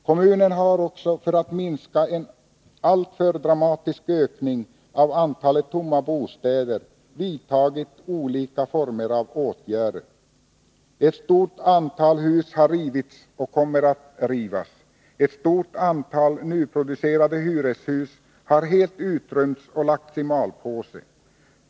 Kommunen har också för att motverka en alltför dramatisk ökning av antalet tomma bostäder vidtagit olika former av åtgärder. Ett stort antal hus har rivits och kommer att rivas. Ett stort antal nyproducerade hyreshus har helt utrymts och lagts i malpåse.